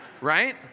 Right